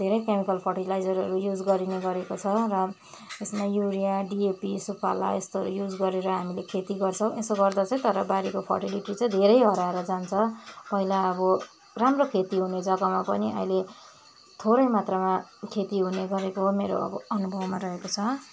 धेरै केमिकल फर्टिलाइजरहरू युज गरिने गरेको छ र यसमा युरिया डिएपी सुपाला यस्तोहरू युज गरेर हामीले खेती गर्छौँ यसो गर्दा चाहिँ तर बारीको फर्टिलिटी चाहिँ धेरै हराएर जान्छ पहिला अब राम्रो खेती हुने जग्गामा पनि अहिले थोरै मात्रामा खेती हुने गरेको मेरो अब अनुभवमा रहेको छ